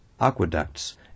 aqueducts